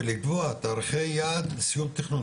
ולקבוע תאריכי יעד לסיום תכנון,